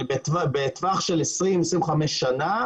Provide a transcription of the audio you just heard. בטווח של 20-25 שנים